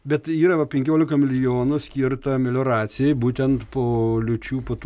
bet yra va penkiolika milijonų skirta melioracijai būtent po liūčių po tų